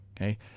okay